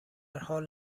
حال